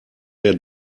der